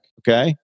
Okay